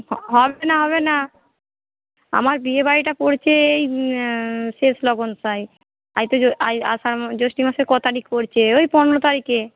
হবে না হবে না আমার বিয়েবাড়িটা পড়ছে এই শেষ লগনসাই আজ থেকে আষাঢ় জ্যৈষ্ঠ মাসের কয় তারিখ পড়ছে ওই পনেরো তারিখে